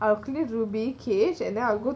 I'll clear ruby cage and then I'll go